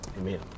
Amen